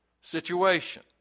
situation